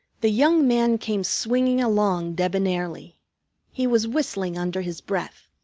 the young man came swinging along, debonairly he was whistling under his breath.